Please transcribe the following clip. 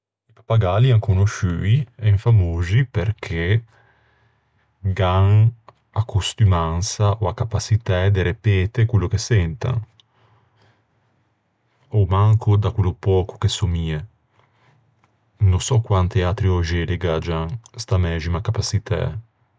I pappagalli en conosciui, en famoxi, perché gh'an a costummansa ò a capaçitæ de repete quello che sentan. A-o manco da quello pöco che sò mie. No sò quante atri öxelli gh'aggian sta mæxima capaçitæ.